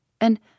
And